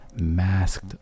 Masked